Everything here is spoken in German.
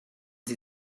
sie